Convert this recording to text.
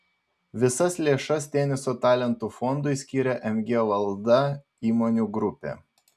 visas lėšas teniso talentų fondui skiria mg valda įmonių grupė